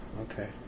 Okay